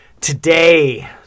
today